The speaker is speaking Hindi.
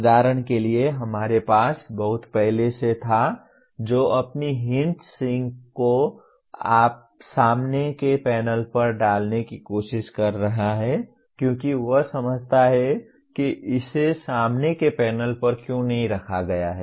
उदाहरण के लिए हमारे पास बहुत पहले से था जो अपनी हीट सिंक को सामने के पैनल पर डालने की कोशिश कर रहा है क्योंकि वह समझता है कि इसे सामने के पैनल पर क्यों नहीं रखा गया है